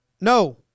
no